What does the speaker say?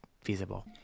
feasible